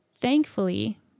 Thankfully